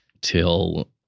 till